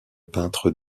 peintre